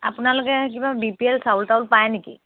আপোনালোকে কিবা B P L চাউল টাউল পায় নেকি